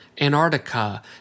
Antarctica